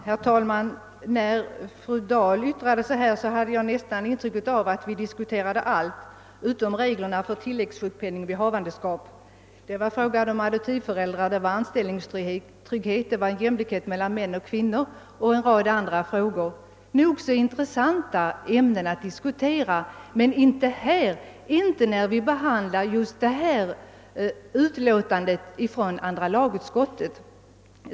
Herr talman! När fru Dahl yttrade sig fick jag nästan intrycket att hon diskuterade det mesta utom reglerna för tilläggssjukpenning vid havandeskap. Hon tog upp frågor beträffande adoptivföräldraskap, anställningstrygghet, jämlikhet mellan män och kvinnor och en rad andra spörsmål. Dessa ämnen är nog så intressanta att diskutera, dock inte just när vi behandlar förevarande utlåtande från andra lagutskottet.